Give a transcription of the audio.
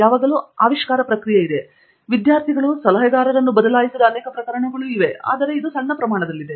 ಯಾವಾಗಲೂ ಆವಿಷ್ಕಾರ ಪ್ರಕ್ರಿಯೆ ಇದೆ ಇದರಲ್ಲಿ ವಿದ್ಯಾರ್ಥಿಗಳು ಸಲಹೆಗಾರರನ್ನು ಬದಲಾಯಿಸಿದ ಪ್ರಕರಣಗಳು ಇವೆ ಇದು ಒಂದು ಸಣ್ಣ ಪ್ರಮಾಣದಲ್ಲಿದೆ